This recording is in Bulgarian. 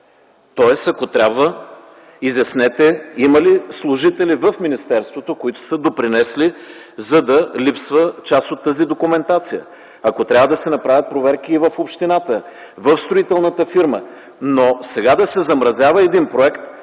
Тоест ако трябва, изяснете има ли служители в министерството, които са допринесли, за да липсва част от тази документация; ако трябва, да се направят проверки и в общината, и в строителната фирма. Но сега да се замразява един проект